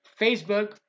Facebook